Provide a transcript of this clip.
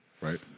right